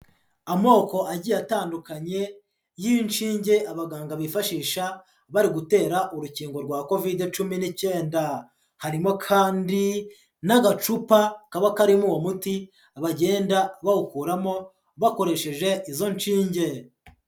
Amoko agiye atandukanye y'inshinge abaganga bifashisha bari gutera urukingo rwa Kovide cumi n'icyenda, harimo kandi n'agacupa kaba karimo uwo muti bagenda bawukuramo bakoresheje izo nshinge.